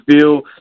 feel